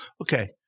Okay